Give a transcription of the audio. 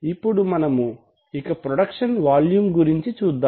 ఇప్పుడు మనము ఇక ప్రొడక్షన్ వాల్యూమ్ గురించి చూద్దాం